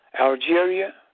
Algeria